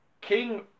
King